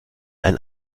ein